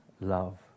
love